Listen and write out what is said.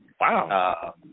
Wow